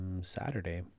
Saturday